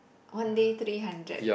one day three hundred